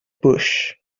bush